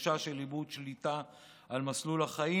לתחושה של איבוד שליטה על מסלול החיים,